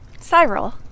Cyril